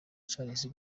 charles